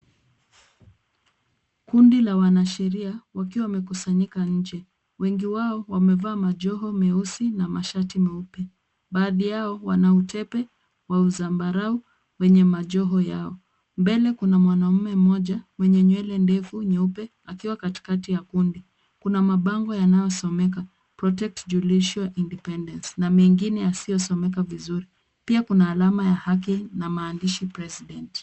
Kundi la wanasheria wakiwa wamekusanyika nje. Wengi wao wamevaa majoho meusi na mashati meupe. Baadhi yao wana utepe wa uzambarau wenye majoho yao. Mbele kuna mwanamume mmoja mwenye nywele ndefu nyeupe akiwa katikati ya kundi. Kuna mabango yanayosomeka protect judicial independence na mengine yasiyo someka vizuri. Pia, kuna alama ya haki na maandishi president .